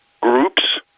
groups